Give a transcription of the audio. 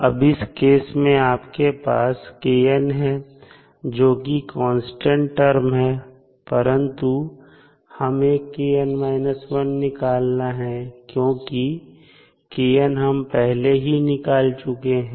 अब इस केस में आपके पास kn है जो कि कांस्टेंट टर्म है परंतु हमें kn 1 निकालना है क्योंकि kn हम पहले ही निकाल चुके हैं